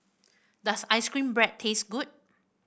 does ice cream bread taste good